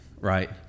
right